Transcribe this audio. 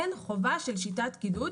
אין חובה לשיטת קידוד,